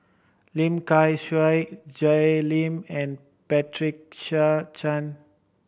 Lim Kay Siu Jay Lim and Patricia Chan